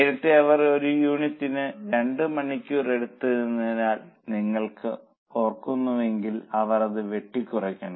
നേരത്തെ അവർ ഒരു യൂണിറ്റിന് 2 മണിക്കൂർ എടുത്തിരുന്നതായി നിങ്ങൾ ഓർക്കുന്നുവെങ്കിൽ അവർ അത് വെട്ടിക്കുറയ്ക്കണം